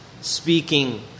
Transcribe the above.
speaking